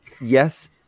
yes